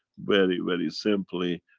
very, very simply,